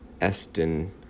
esten